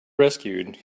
rescued